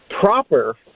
proper